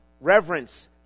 reverence